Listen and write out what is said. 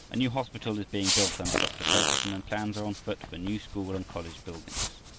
a new hospital is being built under dr. ferguson, and plans are on foot for new school and college buildings.